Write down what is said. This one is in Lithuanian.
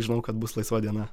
žinau kad bus laisva diena